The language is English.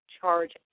Charge